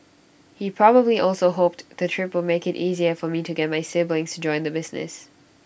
he probably also hoped the trip would make IT easier for me to get my siblings join the business